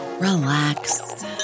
relax